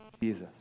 Jesus